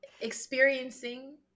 experiencing